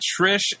trish